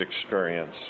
experience